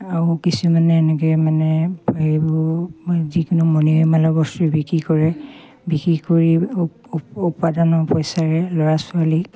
আৰু কিছুমানে এনেকে মানে হেৰিবোৰ যিকোনো মনিৰমালৰ বস্তু বিক্ৰী কৰে বিক্ৰী কৰি উপাদানৰ পইচাৰে ল'ৰা ছোৱালীক